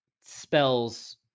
spells